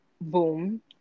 Boom